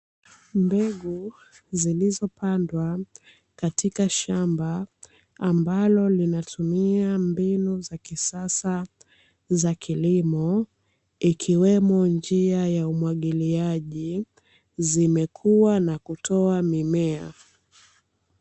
Mbegu zilizopandwa katika shamba ambalo linatumia mbinu za kisasa za kilimo. Ikiwemo njia ya umwagiliaji, zimekuwa na kutoa mimea.